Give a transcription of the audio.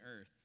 earth